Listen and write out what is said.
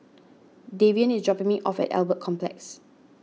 Davion is dropping me off at Albert Complex